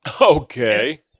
Okay